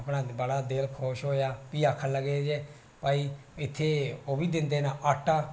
अपना बड़ा दिल खुश होआ ते फ्ही आखन लगे ते भाई इत्थै ओह् बी दिंदे न आटा